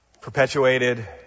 perpetuated